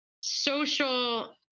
social